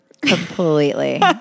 Completely